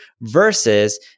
versus